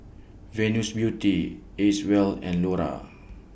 Venus Beauty Acwell and Lora